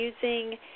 using